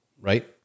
right